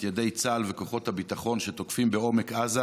את ידי צה"ל וכוחות הביטחון שתוקפים בעומק עזה